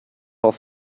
auf